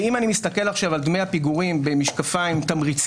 אם אני מסתכל עכשיו על דמי הפיגורים במשקפיים תמריציות,